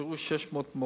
הוכשרו כ-600 מורים,